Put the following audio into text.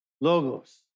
Logos